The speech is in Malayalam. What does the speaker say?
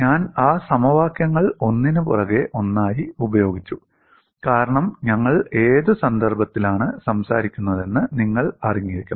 ഞാൻ ആ സമവാക്യങ്ങൾ ഒന്നിനുപുറകെ ഒന്നായി ഉപയോഗിച്ചു കാരണം ഞങ്ങൾ ഏത് സന്ദർഭത്തിലാണ് സംസാരിക്കുന്നതെന്ന് നിങ്ങൾ അറിഞ്ഞിരിക്കണം